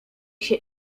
się